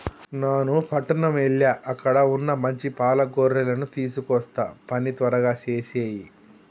నాను పట్టణం ఎల్ల అక్కడ వున్న మంచి పాల గొర్రెలను తీసుకొస్తా పని త్వరగా సేసేయి